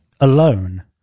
alone